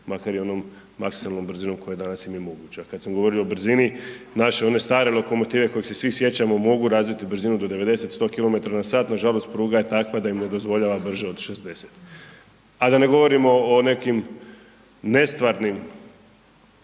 makar i onom maksimalnom brzinom koja danas i nije moguća, a kad sam govorio o brzini, naše one stare lokomotive kojih se svi sjećamo, mogu razvit brzinu do 90, 100 km/h, nažalost pruga je takva da im ne dozvoljava brže od 60, a da ne govorimo o nekim nestvarnim